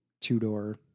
two-door